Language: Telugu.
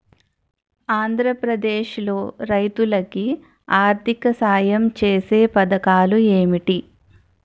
ఆంధ్రప్రదేశ్ లో రైతులు కి ఆర్థిక సాయం ఛేసే పథకాలు ఏంటి?